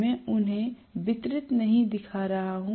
मैं उन्हें वितरित नहीं दिखा रहा हूं